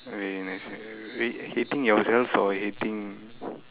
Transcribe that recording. okay next next hating yourself or hating